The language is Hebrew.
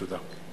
תודה.